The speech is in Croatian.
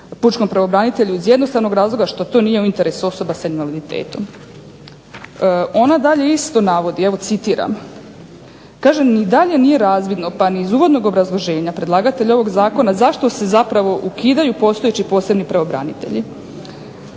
pučkom pravobranitelju iz jednostavnog razloga što to nije u interesu osoba sa invaliditetom. Ona dalje isto navodi, evo citiram. Kaže ni dalje nije razvodno, pa ni iz uvodnog obrazloženja predlagatelja ovog zakona zašto se zapravo ukidaju postojeći posebni pravobranitelji.